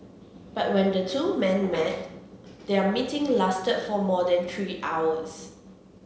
but when the two men met their meeting lasted for more than three hours